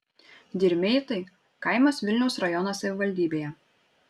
dirmeitai kaimas vilniaus rajono savivaldybėje